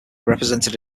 represented